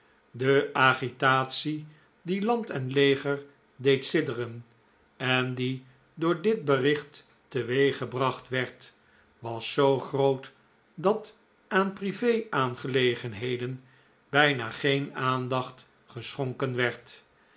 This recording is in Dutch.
de agitatie die land en leger deed sidderen en die door dit bericht teweeggebracht werd was zoo groot dat aan prive aangelegenheden bijna geen aandacht geschonken werd